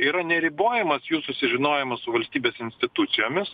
yra neribojamas jų susižinojimas su valstybės institucijomis